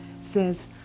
says